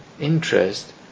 interest